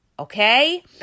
Okay